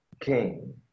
king